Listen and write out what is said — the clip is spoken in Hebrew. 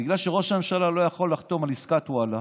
בגלל שראש הממשלה לא יכול לחתום על עסקת וואלה,